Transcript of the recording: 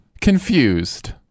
confused